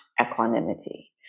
equanimity